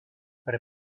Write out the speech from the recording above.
pre